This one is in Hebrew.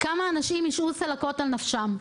כמה אנשים יישאו צלקות על נפשם.